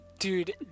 Dude